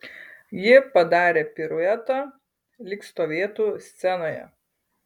ji padarė piruetą lyg stovėtų scenoje